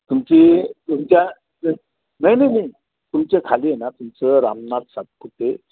तुमची तुमच्या नाही नाही नाही तुमच्या खाली आहे ना तुमचं रामनाथ सातपुते